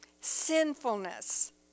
sinfulness